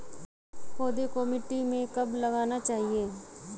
पौधे को मिट्टी में कब लगाना चाहिए?